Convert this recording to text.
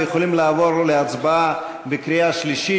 ויכולים לעבור להצבעה בקריאה שלישית.